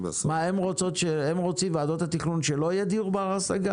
מה, ועדות התכנון רוצות שלא יהיה דיור בר השגה?